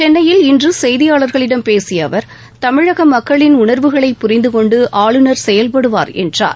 சென்னையில் இன்று செய்தியாளர்களிடம் பேசிய அவர் தமிழக மக்களின் உணர்வுகளை புரிந்து கொண்டு ஆளுநர் செயல்படுவார் என்றார்